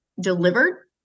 delivered